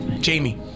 Jamie